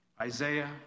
isaiah